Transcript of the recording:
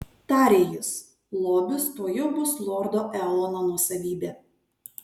tarė jis lobis tuojau bus lordo eono nuosavybė